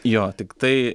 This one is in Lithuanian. jo tiktai